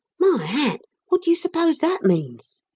my hat! what do you suppose that means?